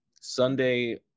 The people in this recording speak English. Sunday